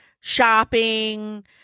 shopping